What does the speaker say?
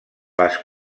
les